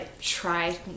try